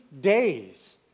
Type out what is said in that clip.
days